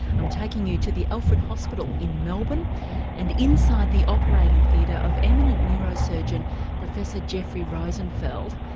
i'm taking you to the alfred hospital in melbourne and inside the operating theatre of eminent neurosurgeon professor jeffrey rosenfeld,